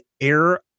air